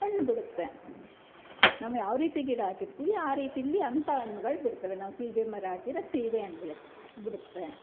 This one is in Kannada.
ಹಣ್ಣು ಬಿಡುತ್ತೆ ನಾವು ಯಾವ ರೀತಿ ಗಿಡ ಹಾಕಿರ್ತೀವಿ ಆ ರೀತಿಯಲ್ಲಿ ಅಂತ ಹಣ್ಗಳು ಬಿಡ್ತವೆ ನಾವು ಸೀಬೆ ಮರ ಹಾಕಿದ್ರೆ ಸೀಬೆ ಹಣ್ಣು ಬಿಡು ಬಿಡುತ್ತೆ